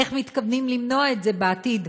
איך מתכוונים למנוע את זה בעתיד.